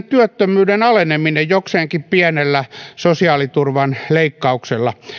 työttömyyden aleneminen jokseenkin pienellä sosiaaliturvan leikkauksella